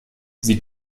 sie